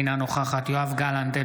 אינה נוכחת יואב גלנט,